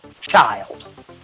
child